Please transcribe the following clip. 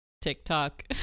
TikTok